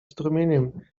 strumieniem